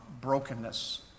brokenness